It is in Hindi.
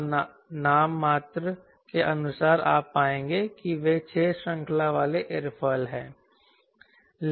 और नाममात्र के अनुसार आप पाएंगे कि वे 6 श्रृंखला वाले एयरफॉइल हैं